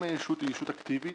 אם הישות היא ישות אקטיבית